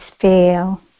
fail